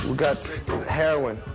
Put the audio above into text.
we've got heroin.